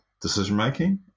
decision-making